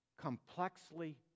complexly